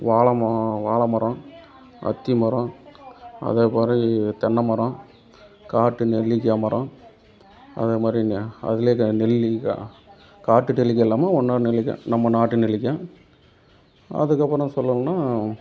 வாழை ம வாழ மரம் அத்தி மரம் அதற்கப்பறம் தென்னை மரம் காட்டு நெல்லிக்காய் மரம் அதேமாதிரிங்க அதுல நெல்லிக்காய் காட்டு நெல்லிக்காய் இல்லாமல் இன்னொரு நெல்லிக்காய் நம்ம நாட்டு நெல்லிக்காய் அதற்கப்பறம் சொல்லணுன்னா